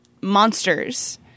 monsters